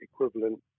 equivalent